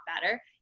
better